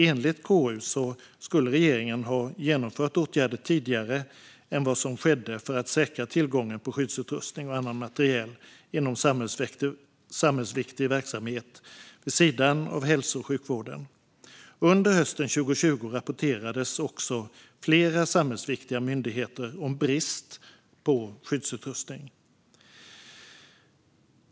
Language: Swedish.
Enligt KU skulle regeringen ha genomfört åtgärder tidigare än vad som skedde för att säkra tillgången på skyddsutrustning och annan materiel inom samhällsviktig verksamhet vid sidan av hälso och sjukvården. Under hösten 2020 rapporterade också flera samhällsviktiga myndigheter om brist på skyddsutrustning.